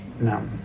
No